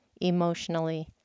emotionally